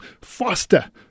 faster